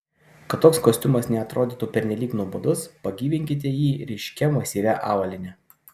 kad toks kostiumas neatrodytų pernelyg nuobodus pagyvinkite jį ryškia masyvia avalyne